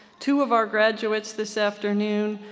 two of our graduates this afternoon,